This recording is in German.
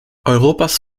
europas